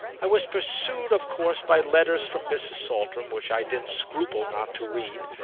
i was pursued of course by letters from mrs. saltram which i didn't scruple not to read,